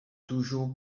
toujours